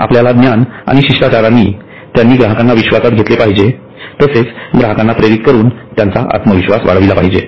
आपल्या ज्ञान आणि शिष्टाचारानी त्यांनी ग्राहकांना विश्वासात घेतले पाहिजे तसेच ग्राहकांना प्रेरित करुन त्यांचा आत्मविश्वास वाढविला पाहिजे